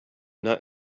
not